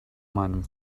meinem